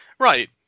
Right